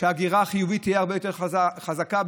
שהגירה חיובית תהיה הרבה יותר חזקה,